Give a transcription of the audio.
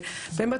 ובאמת,